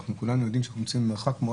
אנחנו כולנו יודעים שאנחנו נמצאים מרחק מאוד